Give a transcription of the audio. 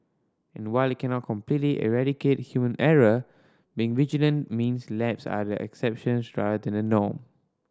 and while it cannot completely eradicate human error being vigilant means lapses are the exceptions rather than the norm